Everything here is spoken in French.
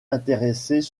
intéressés